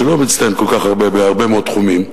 שלא מצטיין כל כך הרבה בהרבה מאוד תחומים,